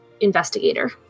investigator